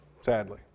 sadly